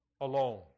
alone